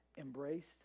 embraced